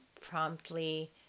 promptly